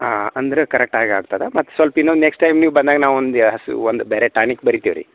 ಹಾಂ ಅಂದರೆ ಕರೆಕ್ಟಾಗಿ ಆಗ್ತದ ಮತ್ತು ಸೊಲ್ಪ ಇನ್ನೊಂದು ನೆಕ್ಸ್ಟ್ ಟೈಮ್ ನೀವು ಬಂದಾಗ ನಾವೊಂದು ಹಸಿವು ಒಂದು ಬೇರೆ ಟಾನಿಕ್ ಬರಿತೀವ್ರಿ